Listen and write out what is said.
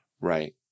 Right